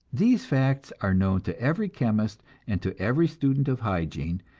these facts are known to every chemist and to every student of hygiene,